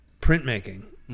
printmaking